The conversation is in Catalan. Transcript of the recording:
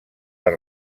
per